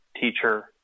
teacher